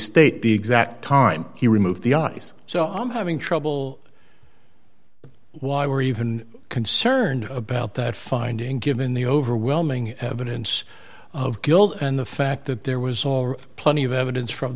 state the exact time he removed the ice so i'm having trouble why we're even concerned about that finding given the overwhelming evidence of guilt and the fact that there was plenty of evidence from